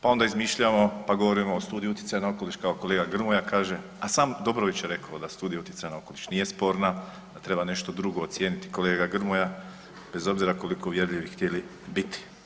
Pa onda izmišljamo pa govorimo o studiji utjecaja na okoliš kao kolega Grmoja kaže, a sam Dobrović je rekao da studija utjecaja na okoliš nije sporna, da treba nešto drugo ocijeniti kolega Grmoja bez obzira koliko uvjerljivi htjeli biti.